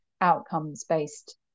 outcomes-based